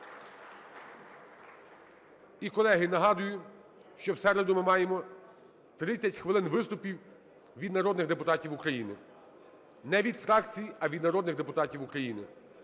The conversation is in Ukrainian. І, колеги, нагадую, що в середу ми маємо 30 хвилин виступів від народних депутатів України. Не від фракцій, а від народних депутатів України.